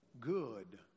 good